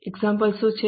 ઉદાહરણો શું છે